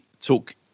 talk